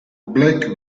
black